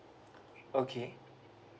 okay